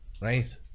Right